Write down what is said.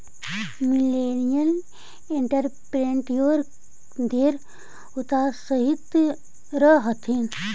millennial entrepreneur ढेर उत्साहित रह हथिन